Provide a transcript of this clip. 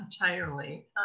entirely